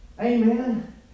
amen